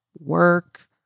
work